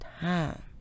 time